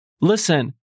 listen